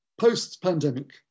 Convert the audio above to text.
post-pandemic